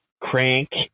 crank